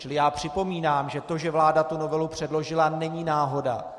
Čili já připomínám, že to, že vláda tu novelu předložila, není náhoda.